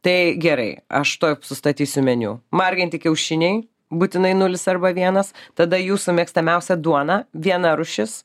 tai gerai aš tuoj sustatysiu meniu marginti kiaušiniai būtinai nulis arba vienas tada jūsų mėgstamiausia duona viena rūšis